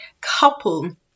couple